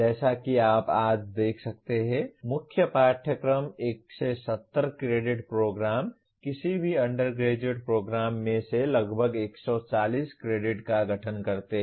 जैसा कि आप आज देख सकते हैं मुख्य पाठ्यक्रम 170 क्रेडिट प्रोग्राम किसी भी अंडरग्रेजुएट प्रोग्राम में से लगभग 140 क्रेडिट का गठन करते हैं